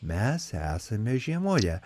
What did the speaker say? mes esame žiemoje